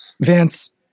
vance